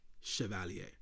Chevalier